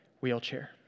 wheelchair